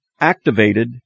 activated